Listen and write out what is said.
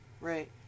right